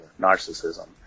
narcissism